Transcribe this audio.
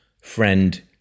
friend